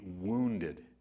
wounded